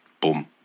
boom